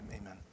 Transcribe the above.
amen